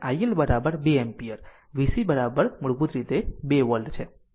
તેથી vc 1 i L અને i L 2 ampere vc મૂળભૂત રીતે 2 વોલ્ટ છે